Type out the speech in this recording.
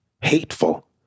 hateful